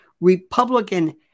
Republican